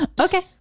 okay